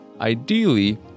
ideally